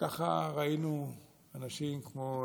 וככה ראינו אנשים כמו